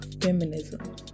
Feminism